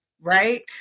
right